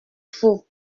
faut